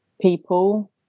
people